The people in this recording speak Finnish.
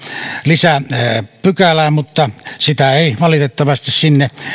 lisäpykälää mutta sitä ei valitettavasti sinne